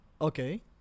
Okay